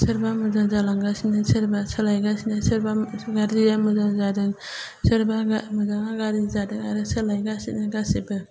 सोरबा मोजां जालांगासिनो सोरबा सोलायगासिनो सोरबा गाज्रिया मोजां जादों सोरबा गा मोजाङा गाज्रि जादों आरो सोलायगासिनो गासिबो